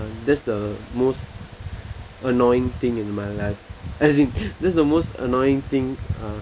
that's the most annoying thing in my life as in that's the most annoying thing uh